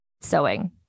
sewing